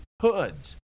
hoods